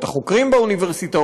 את החוקרים באוניברסיטאות,